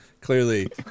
clearly